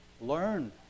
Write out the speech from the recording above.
learn